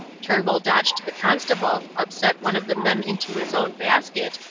turnbull dodged the constable, upset one of the men into his own basket,